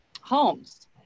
homes